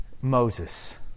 Moses